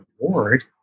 reward